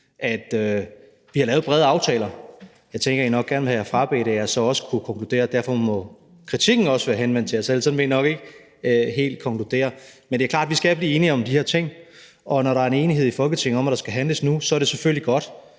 vi har lavet brede aftaler. Jeg tænker, at I nok gerne vil have jer frabedt, at jeg så også kunne konkludere, at kritikken derfor også må være henvendt til jer selv. Sådan vil I nok ikke helt konkludere. Men det er klart, at vi skal blive enige om de her ting, og når der er en enighed i Folketinget om, at der skal handles nu, er det selvfølgelig godt.